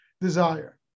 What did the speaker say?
desire